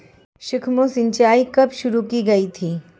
सूक्ष्म सिंचाई कब शुरू की गई थी?